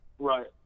Right